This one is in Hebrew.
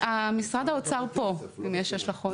משרד האוצר פה אם יש לזה השלכות.